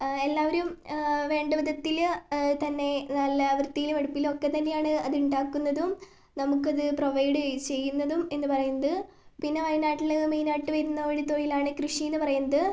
എല്ലാവരും വേണ്ട വിധത്തില് തന്നെ നല്ല വൃത്തിയിലും വെടിപ്പിലും ഒക്കെ തന്നെയാണ് അതുണ്ടാക്കുന്നതും നമുക്കത് പ്രോവൈഡ് ചെയ്യുന്നതും എന്ന് പറയുന്നത് പിന്നെ വയനാട്ടിൽ മെയിനായിട്ടു വരുന്ന ഒരു തൊഴിലാണ് കൃഷി എന്നു പറയുന്നത്